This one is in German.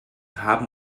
haben